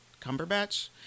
Cumberbatch